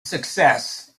success